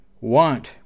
want